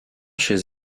chez